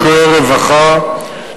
ניכויי רווחה),